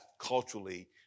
culturally